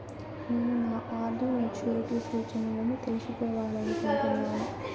నేను నా RD maturity సూచనలను తెలుసుకోవాలనుకుంటున్నాను